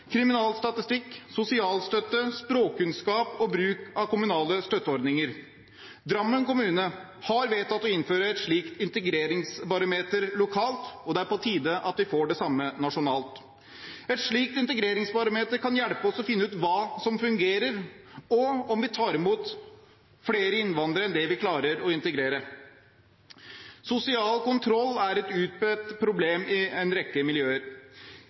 kriminalstatistikk, sosialstøtte, språkkunnskap og bruk av kommunale støtteordninger. Drammen kommune har vedtatt å innføre et slikt integreringsbarometer lokalt, og det er på tide at vi får det samme nasjonalt. Et slikt integreringsbarometer kan hjelpe oss å finne ut hva som fungerer, og om vi tar imot flere innvandrere enn det vi klarer å integrere. Sosial kontroll er et utbredt problem i en rekke miljøer.